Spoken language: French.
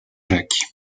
jacques